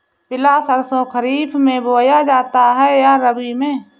पिला सरसो खरीफ में बोया जाता है या रबी में?